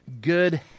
good